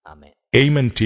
Amen